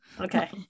Okay